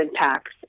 impacts